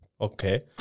Okay